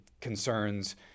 concerns